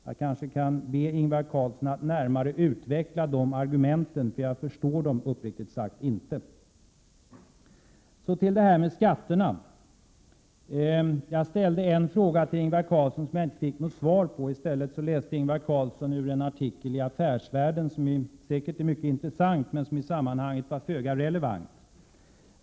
Jag kanske får be Ingvar Carlsson att närmare utveckla det argumentet, för jag förstår det uppriktigt sagt inte. Så till skatterna. Jag ställde en fråga till Ingvar Carlsson som jag inte fick något svar på. I stället läste Ingvar Carlsson ur en artikel i Affärsvärlden som säkert är mycket intressant men som i sammanhanget var föga relevant.